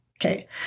okay